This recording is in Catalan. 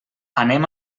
anem